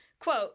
quote